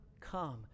come